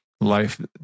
life